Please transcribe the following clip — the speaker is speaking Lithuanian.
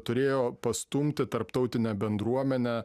turėjo pastumti tarptautinę bendruomenę